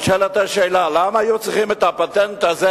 נשאלת השאלה: למה היו צריכים את הפטנט הזה